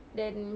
then